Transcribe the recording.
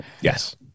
Yes